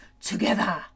together